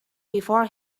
before